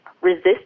Resist